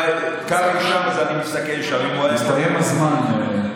הסתיים הזמן.